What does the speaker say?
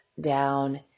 down